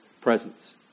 presence